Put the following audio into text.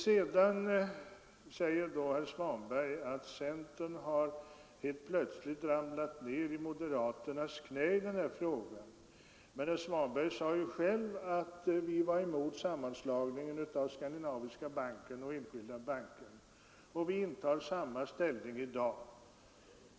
Vidare säger herr Svanberg att centern helt plötsligt har ramlat ner i moderaternas knä i den här frågan. Men herr Svanberg sade ju själv att vi var emot sammanslagningen av Skandinaviska banken och Enskilda banken, och vi intar samma ställning i dag.